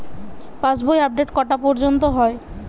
পাশ বই আপডেট কটা পর্যন্ত হয়?